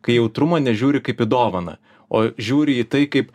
kai į jautrumą nežiūri kaip į dovaną o žiūri į tai kaip